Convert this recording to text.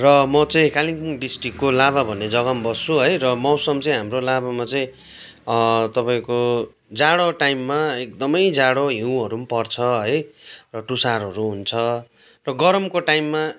र म चाहिँ कालिम्पोङ डिस्ट्रिक्टको लाभा भन्ने जग्गामा बस्छु है र मौसम चाहिँ हाम्रो लाभामा चाहिँ तपाईँको जाडो टाइममा एकदमै जाडो हिउँहरू पनि पर्छ है र टुसारोहरू हुन्छ र गरमको टाइममा